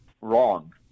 wrong